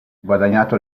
guadagnato